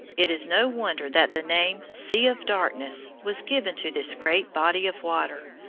it is no wonder that the name sea of darkness was given to this great body of water,